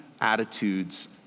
attitudes